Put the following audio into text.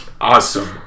Awesome